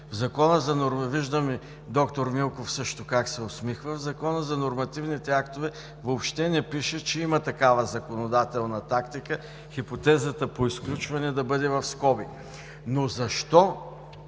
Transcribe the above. В Закона за нормативните актове въобще не пише, че има такава законодателна тактика – хипотезата по изключване да бъде в скоби. Защо